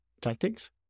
tactics